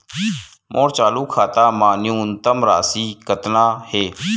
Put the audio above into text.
मोर चालू खाता मा न्यूनतम राशि कतना हे?